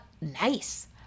nice